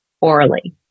orally